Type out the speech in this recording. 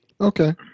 Okay